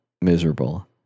miserable